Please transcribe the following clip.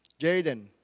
Jaden